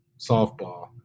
softball